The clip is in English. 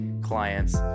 clients